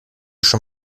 schon